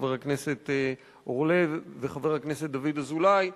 חבר הכנסת אורלב וחבר הכנסת דוד אזולאי,